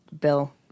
Bill